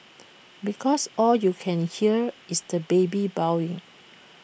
because all you can hear is the baby bawling